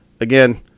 Again